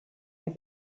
les